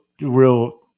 real